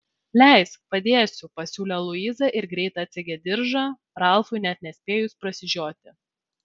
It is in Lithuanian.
leisk padėsiu pasisiūlė luiza ir greitai atsegė diržą ralfui net nespėjus prasižioti